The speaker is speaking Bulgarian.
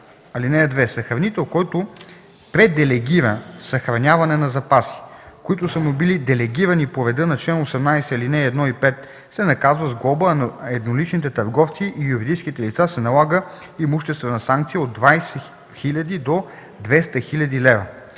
лв. (2) Съхранител, който пределегира съхраняване на запаси, които са му били делегирани по реда на чл. 18, ал. 1 и 5, се наказва с глоба, а на едноличните търговци и юридическите лица се налага имуществена санкция от 20 000 до 200 000 лв.